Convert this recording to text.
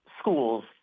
schools